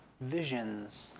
visions